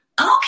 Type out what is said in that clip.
okay